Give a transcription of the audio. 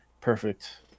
perfect